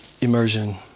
immersion